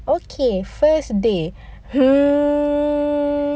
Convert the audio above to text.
okay first day mm